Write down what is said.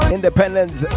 Independence